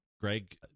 Greg